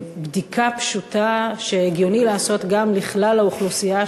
בדיקה פשוטה שהגיוני לעשות גם לכלל האוכלוסייה?